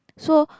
so